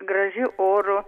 gražiu oru